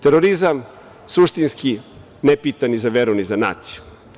Terorizam suštinski ne pita ni za veru ni za naciju.